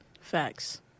Facts